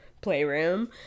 playroom